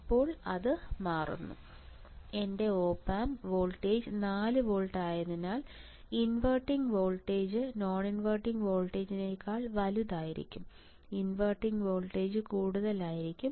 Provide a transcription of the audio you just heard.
ഇപ്പോൾ ഇത് മാറുന്നു എന്റെ ഒപ് ആമ്പ് വോൾട്ടേജ് 4 വോൾട്ട് ആയതിനാൽ ഇൻവെർട്ടിംഗിൽ വോൾട്ടേജ് നോൺവെർട്ടിംഗ് വോൾട്ടേജിനേക്കാൾ വലുതായിരിക്കും ഇൻവെർട്ടിംഗിൽ വോൾട്ടേജ് കൂടുതലായിരിക്കും